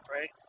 right